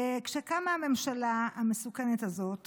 כשקמה הממשלה המסוכנת הזאת